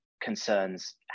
concerns